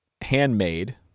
handmade